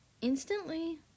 instantly